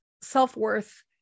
self-worth